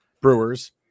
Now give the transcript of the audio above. Brewers